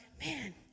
man